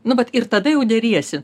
nu vat tada jau deriesi